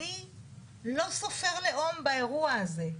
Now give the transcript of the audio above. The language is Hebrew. אני לא סופר לאום באירוע הזה.